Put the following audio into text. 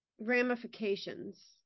ramifications